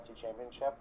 Championship